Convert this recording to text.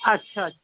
اچھا